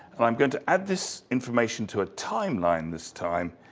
and i'm going to add this information to a timeline this time,